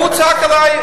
הוא צעק עלי,